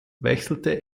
wechselte